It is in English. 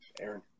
Aaron